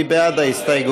מי בעד ההסתייגות?